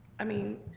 i mean,